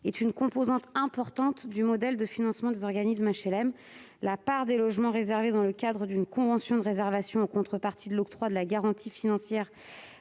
est une composante importante du modèle de financement des organismes HLM. En effet, la part des logements réservés dans le cadre d'une convention de réservation en contrepartie de l'octroi de la garantie financière